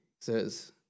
says